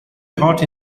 hot